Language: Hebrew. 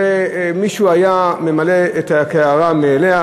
ומישהו היה ממלא את הקערה מאליה,